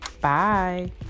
Bye